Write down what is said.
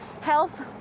health